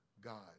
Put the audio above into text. God